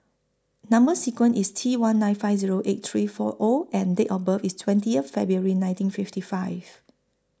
Number sequence IS T one nine five Zero eight three four O and Date of birth IS twentieth February nineteen fifty five